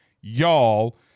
y'all